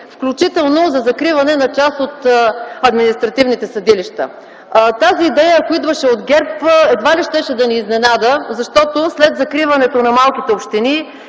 включително за закриване на част от административните съдилища. Тази идея, ако е извършена от ГЕРБ, едва ли щеше да ни изненада, защото след закриването на малките общини,